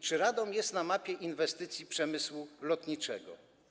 Czy Radom jest na mapie inwestycji przemysłu lotniczego?